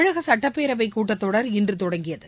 தமிழக சட்டப்பேரவைக் கூட்டத் தொடர் இன்று தொடங்கியது